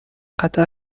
قطر